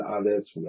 others